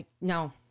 No